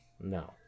No